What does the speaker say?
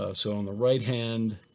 ah so on the right hand